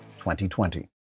2020